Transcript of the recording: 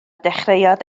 dechreuodd